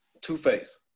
Two-Face